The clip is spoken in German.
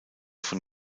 von